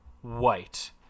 white